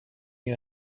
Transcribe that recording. you